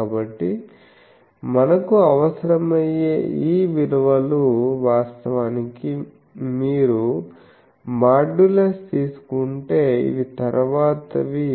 కాబట్టి మనకు అవసరమయ్యే ఈ విలువలు వాస్తవానికి మీరు మాడ్యులస్ తీసుకుంటే ఇవి తరువాతివి